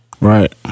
Right